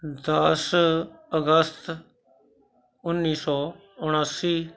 ਦਸ ਅਗਸਤ ਉੱਨੀ ਸੌ ਉਣਾਸੀ